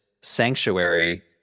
sanctuary